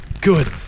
Good